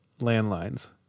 landlines